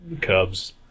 cubs